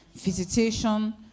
Visitation